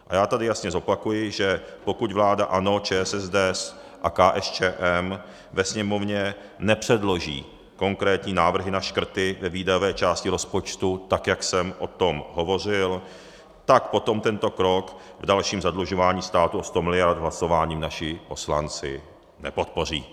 A já tady jasně zopakuji, že pokud vláda ANO, ČSSD a KSČM ve Sněmovně nepředloží konkrétní návrhy na škrty ve výdajové části rozpočtu tak, jak jsem o tom hovořil, tak potom tento krok k dalšímu zadlužování státu o 100 miliard hlasováním naši poslanci nepodpoří.